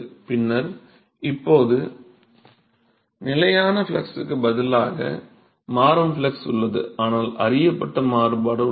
பின்னர் இப்போது நிலையான ஃப்ளக்ஸ்க்கு பதிலாக மாறும் ஃப்ளக்ஸ் உள்ளது ஆனால் அறியப்பட்ட மாறுபாடு உள்ளது